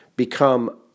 become